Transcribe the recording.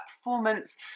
performance